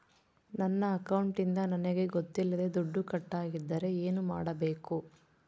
ನನ್ನ ಅಕೌಂಟಿಂದ ನನಗೆ ಗೊತ್ತಿಲ್ಲದೆ ದುಡ್ಡು ಕಟ್ಟಾಗಿದ್ದರೆ ಏನು ಮಾಡಬೇಕು?